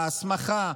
ההסמכה,